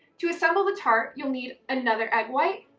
to assemble the tart you'll need another egg white,